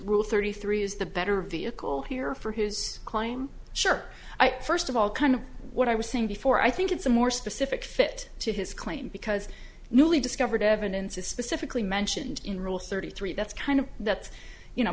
rule thirty three is the better vehicle here for his claim sure first of all kind of what i was saying before i think it's a more specific fit to his claim because newly discovered evidence is specifically mentioned in rule thirty three that's kind of that's you know